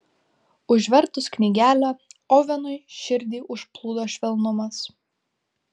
užvertus knygelę ovenui širdį užplūdo švelnumas